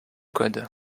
code